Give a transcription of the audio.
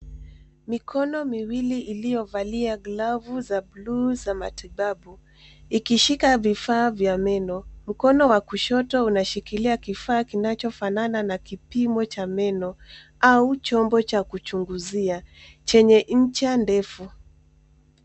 Mikono miwili iliyovalia glavu za buluu za matibabu, ikishika vifaa vya meno. Mkono wa kushoto unashikilia kifaa kinachofanana na kipimo cha meno au chombo cha kuchunguzia, chenye ncha ndefu.